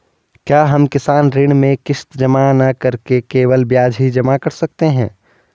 क्या हम किसान ऋण में किश्त जमा न करके केवल ब्याज ही जमा कर सकते हैं?